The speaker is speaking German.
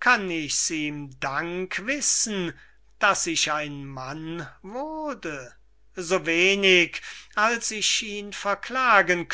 kann ich's ihm dank wissen daß ich ein mann wurde so wenig als ich ihn verklagen